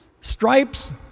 stripes